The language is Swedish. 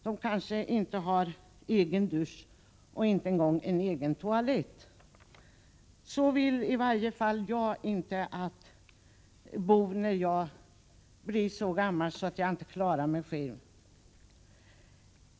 De kanske inte har egen dusch, inte ens en egen toalett. Så vill i varje fall jag inte bo när jag blir så gammal att jag inte klarar mig själv.